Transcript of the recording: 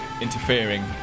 interfering